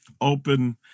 open